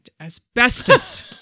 asbestos